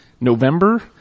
November